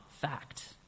fact